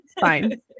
Fine